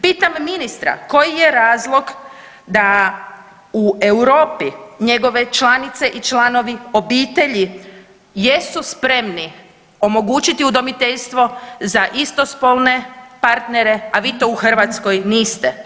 Pitam ministra koji je razloga da u Europi njegove članice i članovi obitelji jesu spremni omogućiti udomiteljstvo za istospolne partnere, a vi to u Hrvatskoj niste.